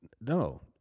No